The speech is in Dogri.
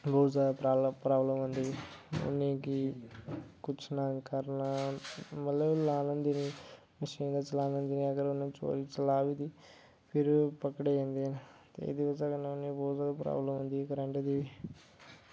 बौह्त जैदा प्राबलम औंदी उनें गी कुछ ना करना मतलव लान होंदी नेईं मशीन नेईं चलान होंदी अगर उनें चोरी चला बी लेई तां फिर पकड़े जंदे न ते एह्दी बजह कन्नै उनें बौह्त जैदा प्राबलम औंदी ऐ करंट दी बी